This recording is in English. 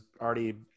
already